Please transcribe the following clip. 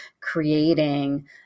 creating